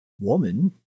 woman